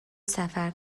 سفر